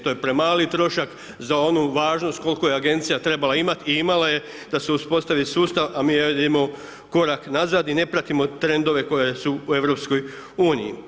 To je premali trošak za onu važnost koliko je agencija trebala imati i imala je da se uspostavi sustav a mi ne vidimo korak nazad i ne pratimo trendove koje su u EU.